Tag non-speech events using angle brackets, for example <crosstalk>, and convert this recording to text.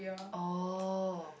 <noise> oh